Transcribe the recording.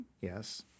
Yes